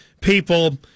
people